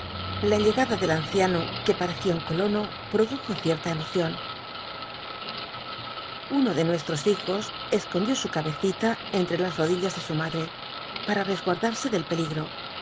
la llegada del anciano que parecía un colono produjo cierta emocion uno de nuestros hijos escondió su cabecita onhe las rodillas de su madre para resguardarse del peligro